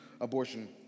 abortion